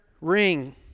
ring